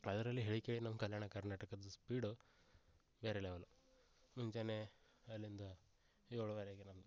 ಅದರಲ್ಲಿ ಹೇಳಿ ಕೇಳಿ ನಮ್ಮ ಕಲ್ಯಾಣ ಕರ್ನಾಟಕದ ಸ್ಪೀಡು ಬೇರೆ ಲೆವೆಲು ಮುಂಜಾನೆ ಅಲ್ಲಿಂದ ಏಳೂವರೆಗೆ ನಮ್ಮದು